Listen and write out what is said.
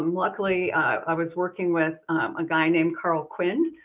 um luckily i was working with a guy named carl quinn.